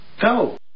Go